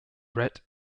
rhett